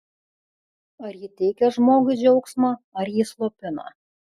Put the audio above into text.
ar ji teikia žmogui džiaugsmą ar jį slopina